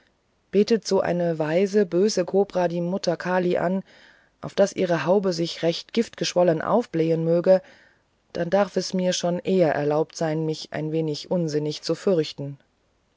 betet so eine weise böse kobra die mutter kali an auf daß ihre haube sich recht giftgeschwollen aufblähen möge dann darf es mir schon eher erlaubt sein mich ein wenig unsinnig zu fürchten